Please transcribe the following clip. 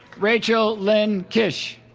rachel lynn kish